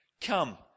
Come